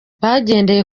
bagendeye